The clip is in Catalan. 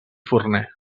forner